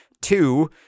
Two